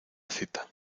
cita